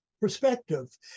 perspective